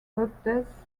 goddess